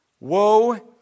Woe